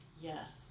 Yes